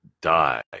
die